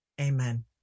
Amen